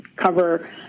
cover